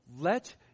Let